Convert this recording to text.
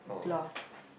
gloss